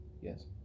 Yes